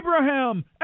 Abraham